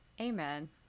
Amen